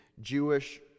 Jewish